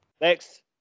Next